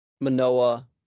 Manoa